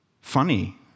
funny